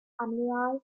alumni